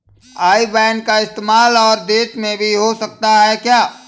आई ban का इस्तेमाल और देशों में भी हो सकता है क्या?